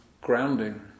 grounding